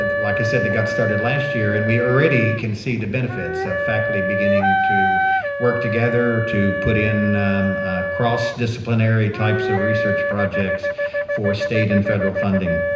ah like i said, that got started last year and we already can see the benefits of faculty beginning to work together to put in cross-disciplinary types of research projects for state and federal funding.